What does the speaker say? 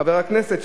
חבר הכנסת,